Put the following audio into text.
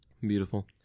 Beautiful